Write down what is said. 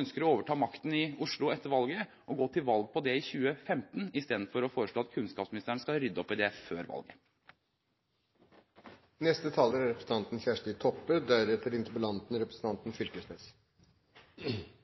ønsker å overta makten i Oslo etter valget, å gå til valg på det i 2015 istedenfor å foreslå at kunnskapsministeren skal rydde opp i det før valget. Takk til interpellanten for å fremja ein veldig viktig debatt. Utgangspunktet for debatten er